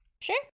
Sure